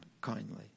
kindly